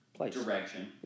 direction